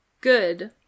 Good